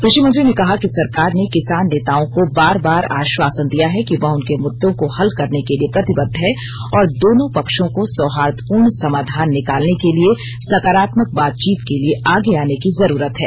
कृषि मंत्री ने कहा कि सरकार ने किसान नेताओं को बार बार आश्वासन दिया है कि वह उनके मुद्दों को हल करने के लिए प्रतिबद्ध है और दोनों पक्षों को सौहार्दपूर्ण समाधान निकालने के लिए सकारात्मक बातचीत के लिए आगे आने की जरूरत है